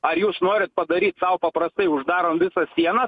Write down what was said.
ar jūs norit padaryti sau paprastai uždarom visas sienas